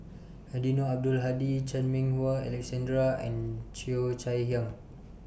Eddino Abdul Hadi Chan Meng Wah Alexander and Cheo Chai Hiang